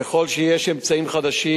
ככל שיש אמצעים חדשים,